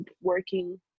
working